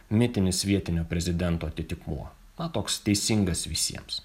mitinis vietinio prezidento atitikmuo na toks teisingas visiems